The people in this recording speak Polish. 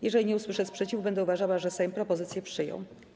Jeżeli nie usłyszę sprzeciwu, będę uważała, że Sejm propozycje przyjął.